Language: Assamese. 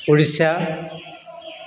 উৰিষ্যা